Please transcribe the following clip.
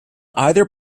either